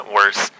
Worse